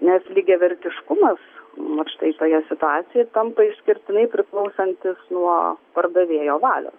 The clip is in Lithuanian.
nes lygiavertiškumas vat štai toje situacijoje tampa išskirtinai priklausantis nuo pardavėjo valios